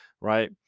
right